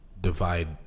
divide